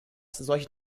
solche